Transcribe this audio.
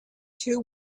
two